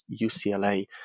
UCLA